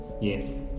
yes